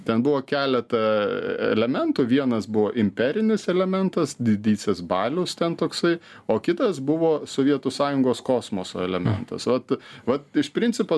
ten buvo keletą elementų vienas buvo imperinis elementas didysis balius ten toksai o kitas buvo sovietų sąjungos kosmoso elementas vat vat iš principo